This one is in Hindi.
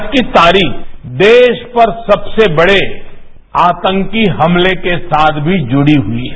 आज की तारीख देश पर सबसे बड़े आतंकी हमले के साथ जुड़ी हुई है